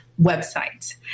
websites